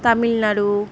Tamil Nadu